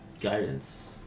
guidance